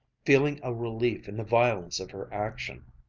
feeling a relief in the violence of her action.